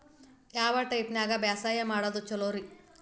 ಯಾವ ಟೈಪ್ ನ್ಯಾಗ ಬ್ಯಾಸಾಯಾ ಮಾಡೊದ್ ಛಲೋರಿ?